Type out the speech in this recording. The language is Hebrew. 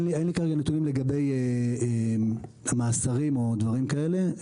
אין לי כאלה נתונים לגבי מאסרים או דברים כאלה.